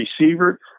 receiver